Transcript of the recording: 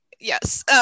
yes